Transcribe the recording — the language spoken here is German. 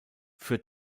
für